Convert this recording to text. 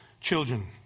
children